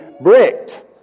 bricked